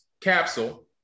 capsule